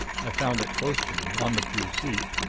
i found it close to me, on the pew seat,